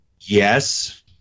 yes